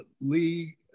Lee